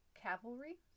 Cavalry